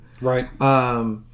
Right